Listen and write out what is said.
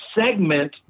segment